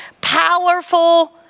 powerful